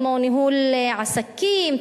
כמו ניהול עסקים,